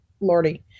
Lordy